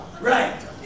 Right